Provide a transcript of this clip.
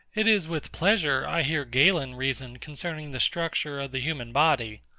it is with pleasure i hear galen reason concerning the structure of the human body.